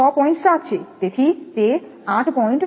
છે તેથી 8